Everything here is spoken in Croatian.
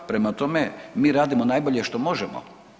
Prema tome, mi radimo najbolje što možemo.